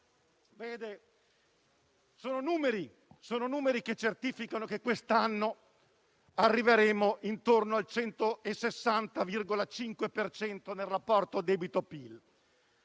i numeri certificano che quest'anno arriveremo intorno al 160,5 per cento nel rapporto debito-PIL.